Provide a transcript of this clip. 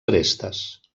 arestes